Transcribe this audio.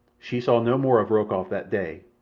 she saw no more of rokoff that day,